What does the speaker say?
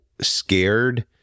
scared